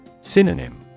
Synonym